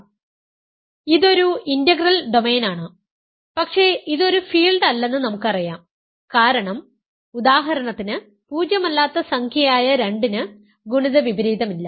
അതിനാൽ ഇതൊരു ഇന്റഗ്രൽ ഡൊമെയ്നാണ് പക്ഷേ ഇത് ഒരു ഫീൽഡ് അല്ലെന്ന് നമുക്കറിയാം കാരണം ഉദാഹരണത്തിന് പൂജ്യമല്ലാത്ത സംഖ്യയായ 2 ന് ഗുണിത വിപരീതമില്ല